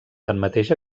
tanmateix